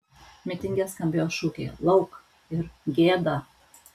mitinge skambėjo šūkiai lauk ir gėda